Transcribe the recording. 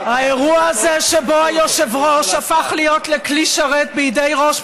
האירוע הזה שבו היושב-ראש הפך לכלי שרת בידי ראש מפלגתו,